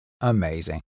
amazing